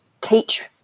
teach